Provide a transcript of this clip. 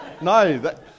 No